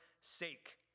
sake